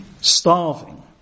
starving